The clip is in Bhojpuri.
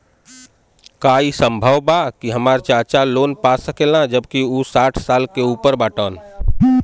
का ई संभव बा कि हमार चाचा लोन पा सकेला जबकि उ साठ साल से ऊपर बाटन?